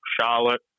Charlotte